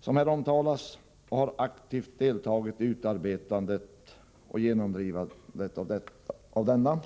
som här omtalas och aktivt har deltagit i utarbetandet och genomdrivandet av denna.